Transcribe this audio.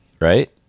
Right